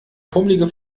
pummelige